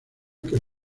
que